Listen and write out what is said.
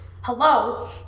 hello